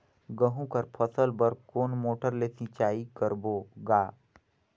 गहूं कर फसल बर कोन मोटर ले सिंचाई करबो गा?